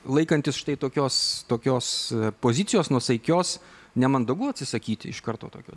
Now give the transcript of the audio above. laikantis štai tokios tokios pozicijos nuosaikios nemandagu atsisakyti iš karto tokio